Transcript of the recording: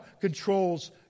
controls